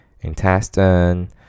intestine